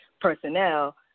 personnel